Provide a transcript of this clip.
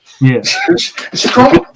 Yes